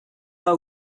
pas